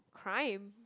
prime